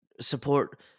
support